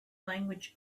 language